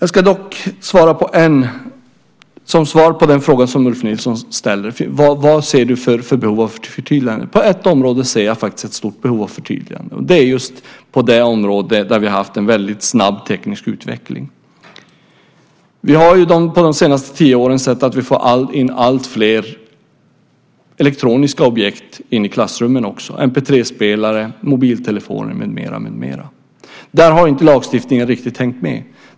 Som svar på Ulf Nilssons fråga om var jag ser behov av ett förtydligande vill jag säga att jag gör det på ett område, nämligen på det område där vi har haft en snabb teknisk utveckling. Under de senaste tio åren har vi fått in alltfler elektroniska objekt i klassrummen, mp3-spelare, mobiltelefoner med mera. Där har inte lagstiftningen riktigt hängt med.